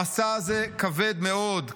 המשא הזה כבד מאוד.